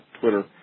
Twitter